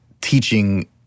teaching